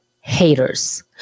haters